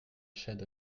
shed